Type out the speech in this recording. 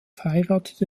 heiratete